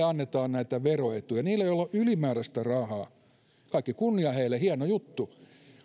annetaan näitä veroetuja heille joilla on ylimääräistä rahaa kaikki kunnia heille hieno juttu